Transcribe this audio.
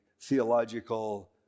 theological